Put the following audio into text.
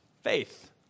faith